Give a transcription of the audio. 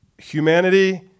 Humanity